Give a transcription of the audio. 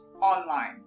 online